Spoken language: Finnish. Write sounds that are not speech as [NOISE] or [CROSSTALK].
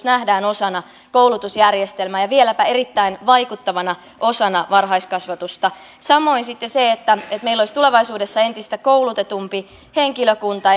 [UNINTELLIGIBLE] nähdään osana koulutusjärjestelmää ja vieläpä erittäin vaikuttavana osana varhaiskasvatusta samoin sitten se että meillä olisi tulevaisuudessa entistä koulutetumpi henkilökunta [UNINTELLIGIBLE]